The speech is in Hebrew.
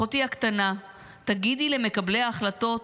אחותי הקטנה, תגידי למקבלי ההחלטות